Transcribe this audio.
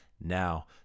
Now